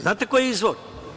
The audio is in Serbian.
Znate ko je izvor?